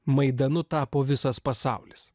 maidanu tapo visas pasaulis